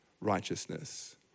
righteousness